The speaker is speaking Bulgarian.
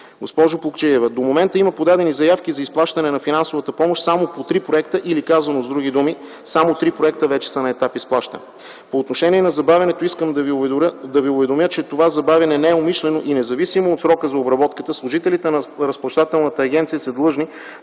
Госпожо Плугчиева, до момента има подадени заявки за изплащане на финансовата помощ само по 3 проекта или казано с други думи, само 3 проекта вече са на етап изплащане. По отношение на забавянето, искам да Ви уведомя, че това забавяне не е умишлено и независимо от срока за обработка, служителите на Разплащателната агенция са длъжни